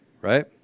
right